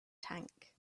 tank